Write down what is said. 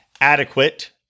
adequate